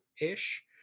ish